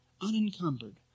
unencumbered